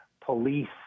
police